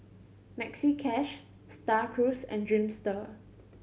Maxi Cash Star Cruise and Dreamster